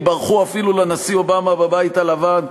הם ברחו אפילו לנשיא אובמה בבית הלבן.